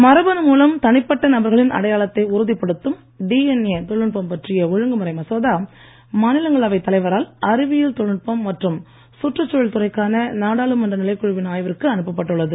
மரபணு மூலம் தனிப்பட்ட நபர்களின் அடையாளத்தை உறுதிப்படுத்தும் டிஎன்ஏ தொழில்நுட்பம் பற்றிய ஒழுங்குமுறை மசோதா மாநிலங்களவைத் தலைவரால் அறிவியல் தொழில்நுட்பம் மற்றும் சுற்றுச்சூழல் துறைக்கான நாடாளுமன்ற நிலைக்குழுவின் ஆய்விற்கு அனுப்பப் பட்டுள்ளது